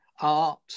art